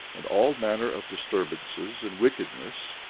and all manner of disturbances and wickedness,